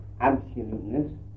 absoluteness